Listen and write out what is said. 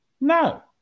No